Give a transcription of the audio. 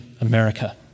America